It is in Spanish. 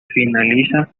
finaliza